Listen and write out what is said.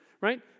right